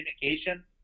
communication